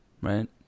right